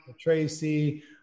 Tracy